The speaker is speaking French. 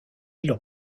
leur